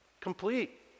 complete